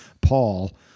Paul